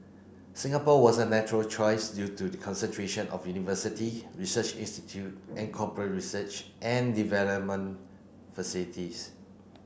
Singapore was a natural choice due to the concentration of university research institute and corporate research and development facilities